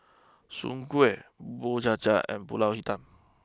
Soon Kway Bubur Cha Cha and Pulut Hitam